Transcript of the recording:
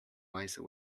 wiser